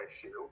issue